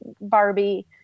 Barbie